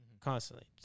Constantly